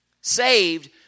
Saved